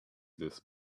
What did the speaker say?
this